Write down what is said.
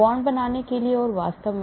bond बनाने के लिए और वास्तव में